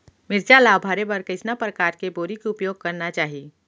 मिरचा ला भरे बर कइसना परकार के बोरी के उपयोग करना चाही?